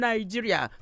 Nigeria